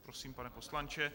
Prosím, pane poslanče.